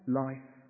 life